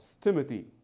Timothy